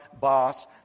boss